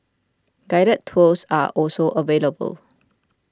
guided tours are also available